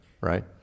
right